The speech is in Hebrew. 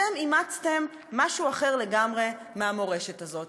אתם אימצתם משהו אחר לגמרי מהמורשת הזאת.